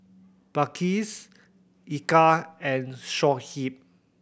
Balqis Eka and Shoaib